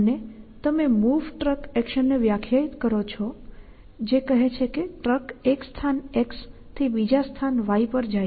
અને તમે MoveTruck એક્શનને વ્યાખ્યાયિત કરો છો જે કહે છે કે ટ્રક એક સ્થાન X થી બીજા સ્થાન Y પર જાય છે